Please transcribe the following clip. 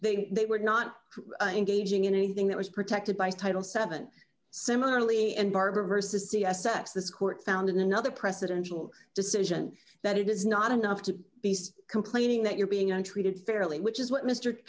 they they were not engaging in anything that was protected by title seven similarly in barbara versus c s s this court found in another presidential decision that it is not enough to base complaining that you're being on treated fairly which is what mr